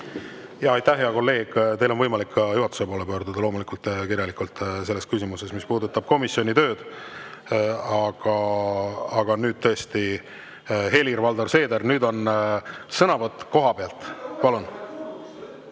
Aitäh, hea kolleeg! Teil on võimalik ka juhatuse poole pöörduda loomulikult kirjalikult selles küsimuses, mis puudutab komisjoni tööd. Aga nüüd tõesti, Helir-Valdor Seeder, nüüd on sõnavõtt kohapealt. Palun!